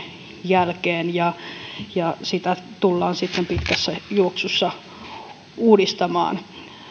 jälkeen ja ja sitä tullaan sitten pitkässä juoksussa uudistamaan